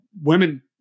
women